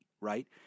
right